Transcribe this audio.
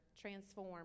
transform